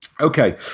okay